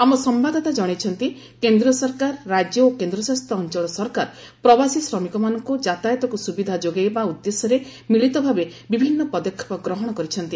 ଆମ ସମ୍ଭାଦଦାତା ଜଣାଇଛନ୍ତି କେନ୍ଦ୍ର ସରକର ରାଜ୍ୟ ଓ କେନ୍ଦ୍ରଶାସିତ ଅଞ୍ଚଳ ସରକାର ପ୍ରବାସୀ ଶ୍ରମିକମାନଙ୍କ ଯାତାୟାତକୁ ସ୍ତବିଧା ଯୋଗାଇବା ଉଦ୍ଦେଶ୍ୟରେ ମିଳିତଭାବେ ବିଭିନ୍ନ ପଦକ୍ଷେପ ଗ୍ରହଣ କରିଛନ୍ତି